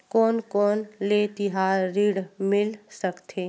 कोन कोन ले तिहार ऋण मिल सकथे?